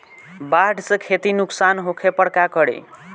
बाढ़ से खेती नुकसान होखे पर का करे?